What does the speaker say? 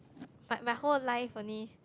like my whole life only